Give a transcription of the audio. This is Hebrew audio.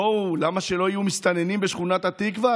בואו, למה שלא יהיו מסתננים בשכונת התקווה?